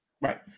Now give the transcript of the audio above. right